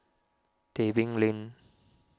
Tebing Lane